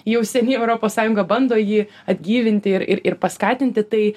jau seniai europos sąjunga bando jį atgyvinti ir ir ir paskatinti tai